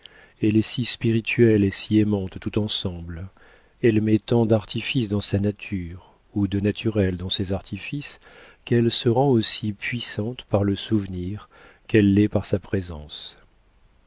elle est si spirituelle et si aimante tout ensemble elle met tant d'artifices dans sa nature ou de naturel dans ses artifices qu'elle se rend aussi puissante par le souvenir qu'elle l'est par sa présence